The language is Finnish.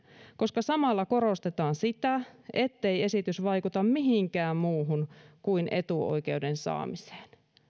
koska samalla korostetaan sitä ettei esitys vaikuta mihinkään muuhun kuin etuoikeuden saamiseen